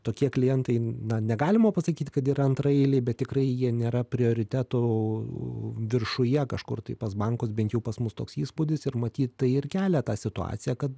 tokie klientai na negalima pasakyti kad yra antraeiliai bet tikrai jie nėra prioritetų viršuje kažkur tai pas bankus bent jų pas mus toks įspūdis ir matyt tai ir kelia tą situaciją kad